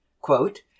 Quote